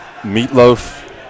Meatloaf